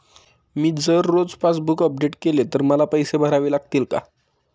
मी जर रोज passbook update केले तर मला पैसे भरावे लागतील का?